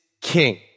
king